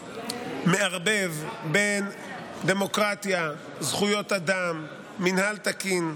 מערבב בין דמוקרטיה, זכויות אדם, מינהל תקין,